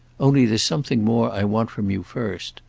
only there's something more i want from you first.